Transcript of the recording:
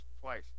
twice